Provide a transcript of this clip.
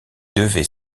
devait